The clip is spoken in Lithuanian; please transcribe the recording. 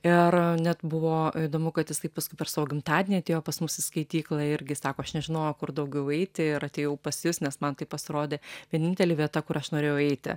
ir net buvo įdomu kad jis taip paskui per savo gimtadienį atėjo pas mus į skaityklą irgi sako aš nežinojau kur daugiau eiti ir atėjau pas jus nes man tai pasirodė vienintelė vieta kur aš norėjau eiti